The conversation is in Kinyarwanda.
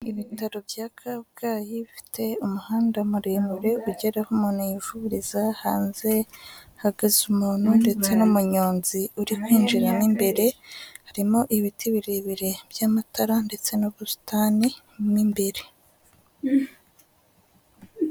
Ibitaro bya Kabgayi bifite umuhanda muremure ugere aho umuntu yivuriza, hanze hahagaze umuntu ndetse n'umunyonzi uri kwinjira mo imbere, harimo ibiti birebire by'amatara ndetse n'ubusitani mo imbere.